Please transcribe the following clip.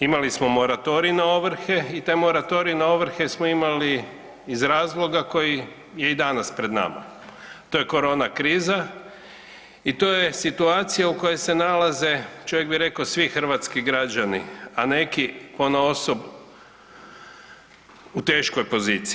Imali smo moratorij na ovrhe i taj moratorij na ovrhe smo imali iz razloga koji je i danas pred nama to je korona kriza i to je situacija u kojoj se nalaze čovjek bi rekao svi hrvatski građani, a neki ponaosob u teškoj poziciji.